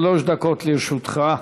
שלוש דקות לרשותך.